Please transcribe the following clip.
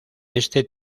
este